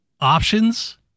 options